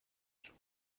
zug